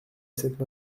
cette